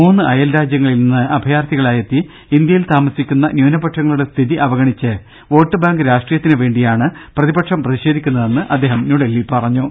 മൂന്ന് അയൽ രാജ്യങ്ങളിൽ അഭയാർത്ഥികളായെത്തി ഇന്ത്യ യിൽ താമസിക്കുന്ന ന്യൂനപക്ഷങ്ങളുടെ സ്ഥിതി അവഗുണിച്ച് വോട്ടുബാങ്ക് രാഷ്ട്രീയത്തിന് വേണ്ടിയാണ് പ്രതിപക്ഷം പ്രതിഷേധിക്കുന്നതെന്ന് അദ്ദേഹം ന്യൂഡൽഹിയിൽ പറഞ്ഞു